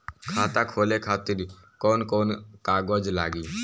खाता खोले खातिर कौन कौन कागज लागी?